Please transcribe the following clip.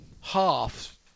half